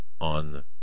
on